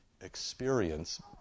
experience